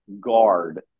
guard